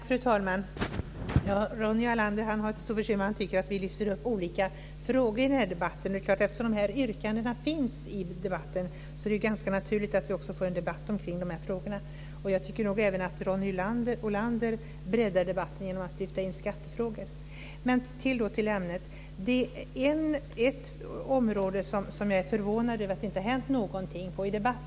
Fru talman! Ronny Olander har ett stort bekymmer med att vi lyfter upp olika frågor i den här debatten. Men eftersom de här yrkandena finns i ärendet är det ganska naturligt att vi också för en debatt omkring de frågorna. Jag tycker att även Ronny Olander breddar debatten genom att lyfta in skattefrågor. För att återgå till ämnet, finns det ett område där jag är förvånad över att det inte har hänt någonting.